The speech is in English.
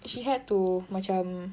she had to macam